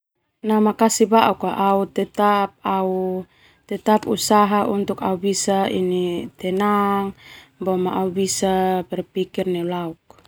Makasi bauk au tetap usaha au tenang boma au bisa berpikir nelauk.